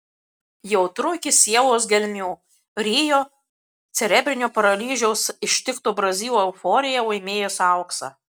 jautru iki sielos gelmių rio cerebrinio paralyžiaus ištikto brazilo euforija laimėjus auksą